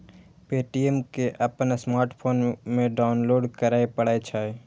Paytm कें अपन smartphone मे डाउनलोड करय पड़ै छै